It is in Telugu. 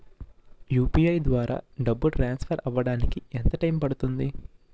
యు.పి.ఐ ద్వారా డబ్బు ట్రాన్సఫర్ అవ్వడానికి ఎంత టైం పడుతుంది?